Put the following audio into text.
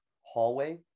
hallway